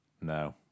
no